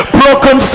broken